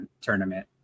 tournament